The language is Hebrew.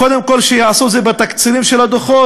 קודם כול שיעשו את זה בתקצירים של הדוחות,